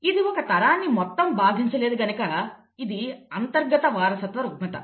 ఇది ఒక తరాన్ని మొత్తం బాధించలేదు కనుక ఇది అంతర్గత వారసత్వ రుగ్మత